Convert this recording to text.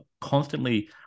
constantly